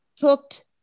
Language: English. cooked